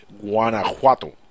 Guanajuato